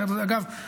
אגב,